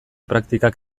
praktikak